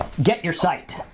get your site,